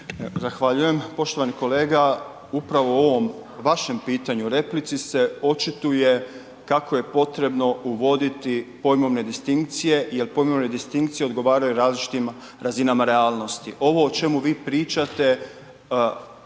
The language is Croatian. Zahvaljujem. Poštovani kolega, upravo u ovom pitanju replici se očituje kako je potrebno uvoditi pojmovne distinkcije jer pojmovne distinkcije odgovaraju različitim razinama realnosti. Ovo o čemu vi pričate